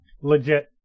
Legit